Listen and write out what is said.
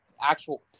actual